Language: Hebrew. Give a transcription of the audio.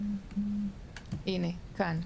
הנה, כאן,